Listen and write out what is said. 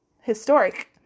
historic